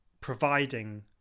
providing